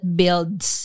builds